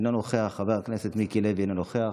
אינו נוכח, חבר הכנסת מיקי לוי, אינו נוכח,